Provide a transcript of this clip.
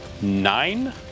Nine